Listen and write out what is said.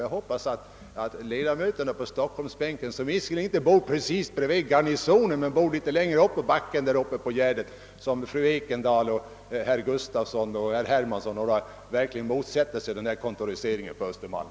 Jag hoppas verkligen att ledamöterna på stockholmsbänken, som visserligen inte bor alldeles bredvid kvarteret Garnisonen utan litet längre upp i backen vid Gärdet — fru Ekendahl, statsrådet Gustafsson och herr Hermansson t.ex. — kommer att motsätta sig denna kontorisering av Östermalm.